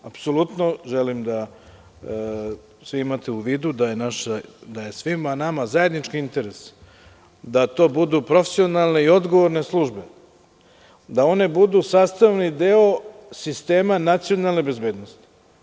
Apsolutno želim da svi imate u vidu da je svima nama zajednički interes da to budu profesionalne i odgovorne službe, da one budu sastavni deo sistema nacionalne bezbednosti.